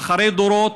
אחרי דורות,